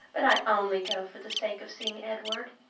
but i only go for the sake of seeing edward.